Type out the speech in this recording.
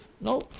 No